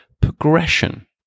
progression